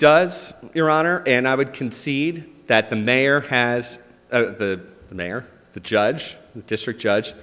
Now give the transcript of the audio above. does your honor and i would concede that the mayor has the mayor the judge the district judge